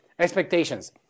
Expectations